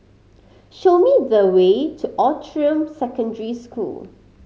show me the way to Outram Secondary School